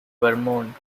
vermont